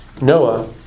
Noah